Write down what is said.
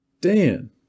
Dan